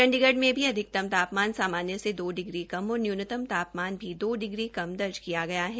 चंडीगढ़ में भी अधिकतम तापामन सामान्य से दो डिग्री कम और न्यूनतम तापामन भी दो डिग्री कम दर्ज किया गया है